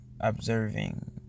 observing